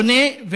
השונה,